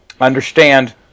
understand